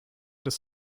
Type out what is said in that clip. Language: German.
des